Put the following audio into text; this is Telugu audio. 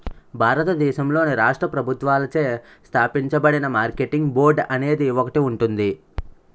భారతదేశంలోని రాష్ట్ర ప్రభుత్వాలచే స్థాపించబడిన మార్కెటింగ్ బోర్డు అనేది ఒకటి ఉంటుంది